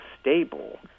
stable